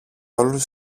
όλους